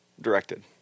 directed